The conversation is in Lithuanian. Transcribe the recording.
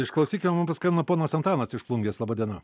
išklausykim mum paskambino ponas antanas iš plungės laba diena